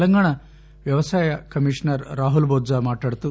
తెలంగాణ వ్యవసాయ కమిషనర్ రాహుల్ బొజ్జ మాట్లాడుతూ